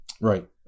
right